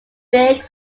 big